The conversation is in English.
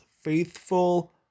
faithful